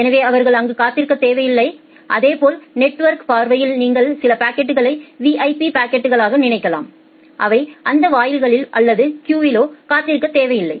எனவே அவர்கள் அங்கு காத்திருக்கத் தேவையில்லை இதேபோல் நெட்வொர்க் பார்வையில் நீங்கள் சில பாக்கெட்களை விஐபி பாக்கெட்களாக நினைக்கலாம் அவை அந்த வாயில்களில் அல்லது கியூகளிலோ காத்திருக்க தேவையில்லை